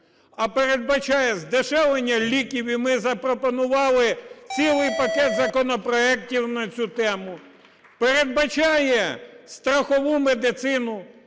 а передбачає здешевлення ліків. І ми запропонували цілий пакет законопроектів на цю тему. Передбачає страхову медицину,